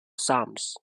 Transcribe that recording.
sums